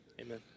Amen